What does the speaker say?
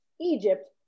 Egypt